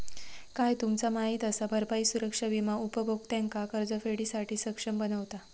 काय तुमचा माहित असा? भरपाई सुरक्षा विमा उपभोक्त्यांका कर्जफेडीसाठी सक्षम बनवता